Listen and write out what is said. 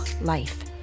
life